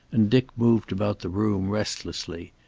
and dick moved about the room restlessly.